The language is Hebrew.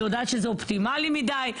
אני יודעת שזה אופטימלי מידי.